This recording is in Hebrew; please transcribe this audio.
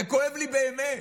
זה כואב לי באמת,